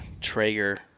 Traeger